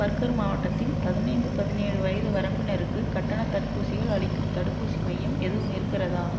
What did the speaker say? burger மாவட்டத்தில் பதினைந்து பதினேழு வயது வரம்பினருக்கு கட்டணத் தடுப்பூசிகள் அளிக்கும் தடுப்பூசி மையம் எதுவும் இருக்கிறதா